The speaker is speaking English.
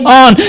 on